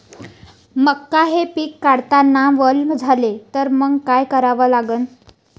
मका हे पिक काढतांना वल झाले तर मंग काय करावं लागन?